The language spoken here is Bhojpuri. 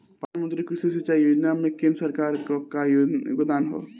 प्रधानमंत्री कृषि सिंचाई योजना में केंद्र सरकार क का योगदान ह?